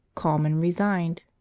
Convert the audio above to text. calm and resigned,